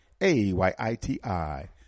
A-Y-I-T-I